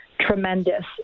tremendous